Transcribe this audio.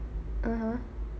(uh huh)